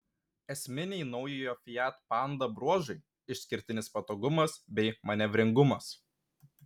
esminiai naujojo fiat panda bruožai išskirtinis patogumas bei manevringumas